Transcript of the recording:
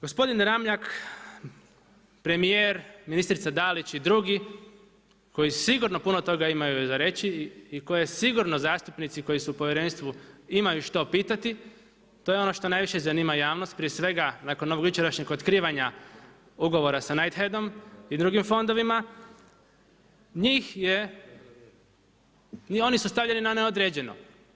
Gospodin Ramljak, premijer, ministrica Dalić i drugi koji sigurno puno toga imaju za reći i koji sigurno zastupnici koji su u povjerenstvu imaju što pitati, to je ono što najviše zanima javnost, prije svega, nakon onog jučerašnjeg otkrivanja ugovora sa Knightheadom i drugim fondovima, oni su stavljeno na neodređeno.